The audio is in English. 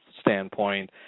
standpoint